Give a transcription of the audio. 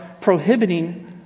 prohibiting